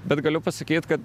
bet galiu pasakyti kad